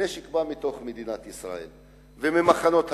הנשק בא מתוך מדינת ישראל, וממחנות הצבא,